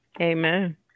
Amen